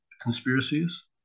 conspiracies